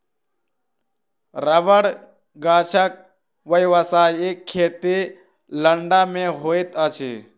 रबड़ गाछक व्यवसायिक खेती लंका मे होइत अछि